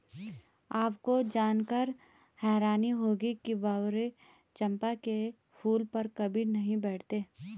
आपको जानकर हैरानी होगी कि भंवरे चंपा के फूल पर कभी नहीं बैठते